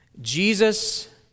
Jesus